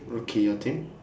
okay your turn